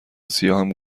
سیاهم